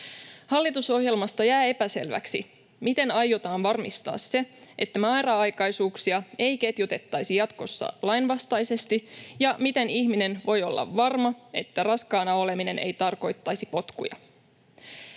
Hallitusohjelmasta jää epäselväksi, miten aiotaan varmistaa se, että määräaikaisuuksia ei ketjutettaisi jatkossa lainvastaisesti ja miten ihminen voi olla varma, että raskaana oleminen ei tarkoittaisi potkuja.